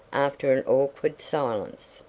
after an awkward silence.